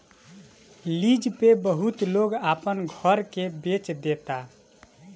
lease पे बहुत लोग अपना घर के बेच देता